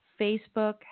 Facebook